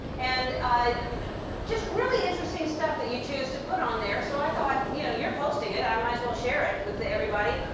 and just really interesting stuff that you choose to put on there, so i thought, you know, you're posting it, i might as well share it with everybody.